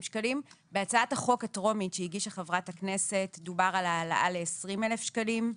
בהצעת החוק הטרומית שהגישה חברת הכנסת דובר על העלאה ל-20,000 שקלים.